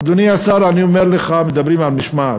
אדוני השר, אני אומר לך, מדברים על משמעת.